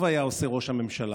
טוב היה עושה ראש הממשלה,